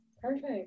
Perfect